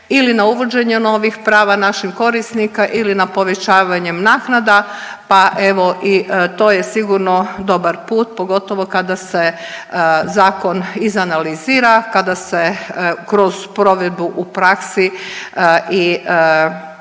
ili na uvođenje novih prava naših korisnika ili na povećavanjem naknada, pa evo i to je sigurno dobar put pogotovo kada se zakon izanalizira, kada se kroz provedbu u praksi i mogu